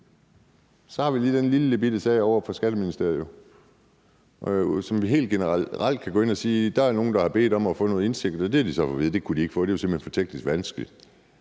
Så har vi lige den lillebitte sag ovre fra Skatteministeriet, hvor vi helt generelt kan sige, at der er nogen, der har bedt om at få noget indsigt, og de har så fået at vide, at det kunne de ikke, for det var simpelt hen teknisk for vanskeligt.